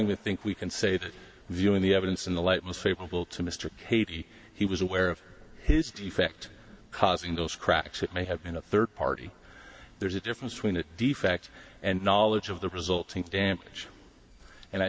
even think we can say that viewing the evidence in the light most favorable to mr k t he was aware of his defect causing those cracks it may have been a third party there's a difference between a defect and knowledge of the resulting damage and i